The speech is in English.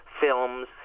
films